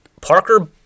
Parker